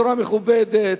בצורה מכובדת.